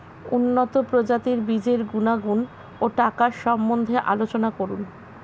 উন্নত প্রজাতির বীজের গুণাগুণ ও টাকার সম্বন্ধে আলোচনা করুন